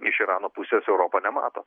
iš irano pusės europa nemato